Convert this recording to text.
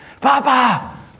Papa